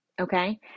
okay